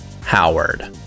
Howard